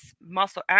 muscle